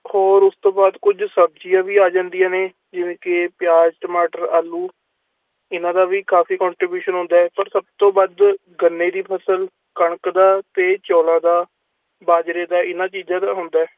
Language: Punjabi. ਹੋਰ ਉਸ ਤੋਂ ਬਾਅਦ ਕੁਝ ਸਬਜ਼ੀਆਂ ਵੀ ਆ ਜਾਂਦੀਆਂ ਨੇ ਜਿਵੇਂ ਕਿ ਪਿਆਜ ਟਮਾਟਰ ਆਲੂ ਇਹਨਾਂ ਦਾ ਵੀ ਕਾਫੀ ਕੰਟਰੀਬਿਊਸ਼ਨ ਹੁੰਦਾ ਪਰ ਸਭ ਤੋਂ ਵੱਧ ਗੰਨੇ ਦੀ ਫ਼ਸਲ ਕਣਕ ਦਾ ਅਤੇ ਚੌਲਾਂ ਦਾ ਬਾਜਰੇ ਦਾ ਇਹਨਾਂ ਚੀਜ਼ਾਂ ਦਾ ਹੁੰਦਾ